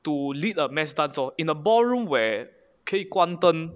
to lead a mass dance or in a ballroom where 可以关灯